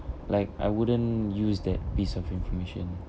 like I wouldn't use that piece of information